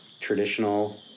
traditional